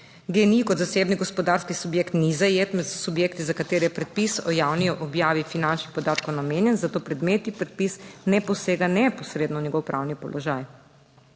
GEN-I kot zasebni gospodarski subjekt ni zajet med subjekti, za katere je predpis o javni objavi finančnih podatkov namenjen, zato predmet predpis ne posega neposredno v njegov pravni položaj.